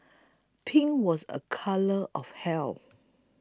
pink was a colour of health